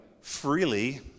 freely